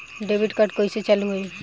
Debit card कइसे चालू होई?